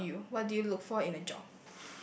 how about you what do you look for in a job